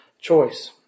choice